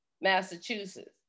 Massachusetts